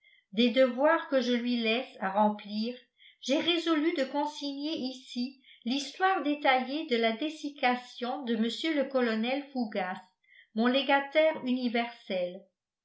des devoirs que je lui laisse à remplir j'ai résolu de consigner ici l'histoire détaillée de la dessiccation de mr le colonel fougas mon légataire universel